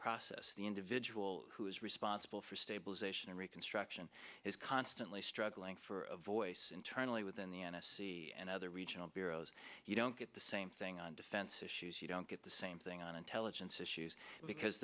process the individual who is responsible for stabilization and reconstruction is constantly struggling for a voice internally within the n s c and other regional bureaus you don't get the same thing on defense issues you don't get the same thing on intelligence issues because